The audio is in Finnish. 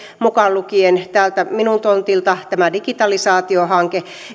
mukaan lukien täältä minun tontiltani tämä digitalisaatiohanke